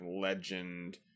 legend